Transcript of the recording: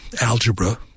algebra